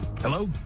Hello